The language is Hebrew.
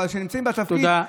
אבל כשנמצאים בתפקיד,